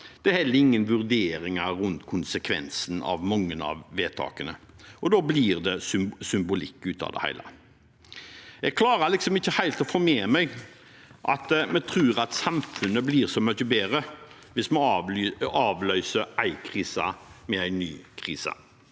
Det er heller ingen vurderinger rundt konsekvensene av mange av vedtakene, og da blir det symbolikk ut av det hele. Jeg klarer ikke helt å få med meg at vi tror at samfunnet blir så mye bedre hvis vi avløser en krise med en ny krise.